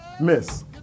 Miss